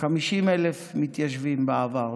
50,000 מתיישבים בעבר,